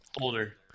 older